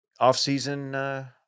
offseason –